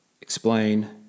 explain